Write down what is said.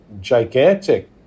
gigantic